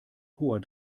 hoher